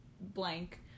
blank